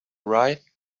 right